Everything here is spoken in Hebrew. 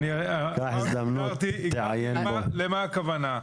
אני אסביר למה הכוונה,